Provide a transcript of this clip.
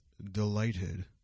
delighted